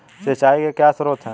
सिंचाई के क्या स्रोत हैं?